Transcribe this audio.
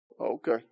Okay